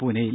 പൂനെയിൽ